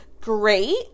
great